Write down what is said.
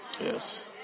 Yes